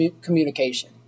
communication